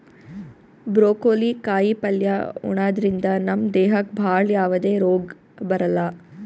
broccoli ಕಾಯಿಪಲ್ಯ ಉಣದ್ರಿಂದ ನಮ್ ದೇಹಕ್ಕ್ ಭಾಳ್ ಯಾವದೇ ರೋಗ್ ಬರಲ್ಲಾ